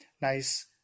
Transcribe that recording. nice